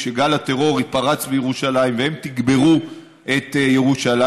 וכשגל הטרור פרץ בירושלים והם תגברו את ירושלים,